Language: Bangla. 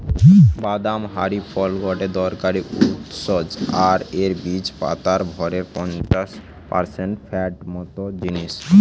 বাদাম হারি ফল গটে দরকারি উৎস আর এর বীজ পাতার ভরের পঞ্চাশ পারসেন্ট ফ্যাট মত জিনিস